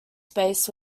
space